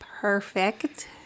perfect